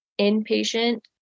inpatient